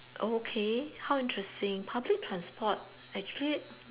oh okay how interesting public transport actually